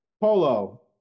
Polo